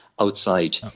outside